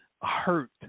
hurt